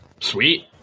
Sweet